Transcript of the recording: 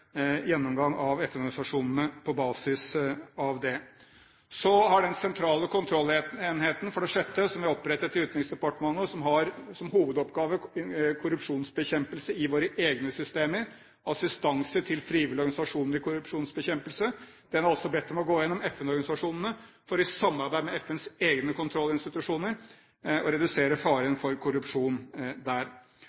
gjennomgang av FN-organisasjonene på basis av dem. For det sjette har den sentrale kontrollenheten som vi har opprettet i Utenriksdepartementet, og som har korrupsjonsbekjempelse som hovedoppgave i våre egne systemer, gitt assistanse til frivillige organisasjoner i korrupsjonsbekjempelse. Den har også bedt om å gå gjennom FN-organisasjonene for i samarbeid med FNs egne kontrollinstitusjoner å redusere faren